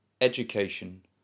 education